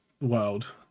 world